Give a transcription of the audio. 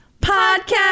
podcast